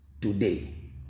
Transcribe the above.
today